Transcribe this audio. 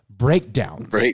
breakdowns